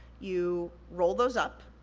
you roll those up,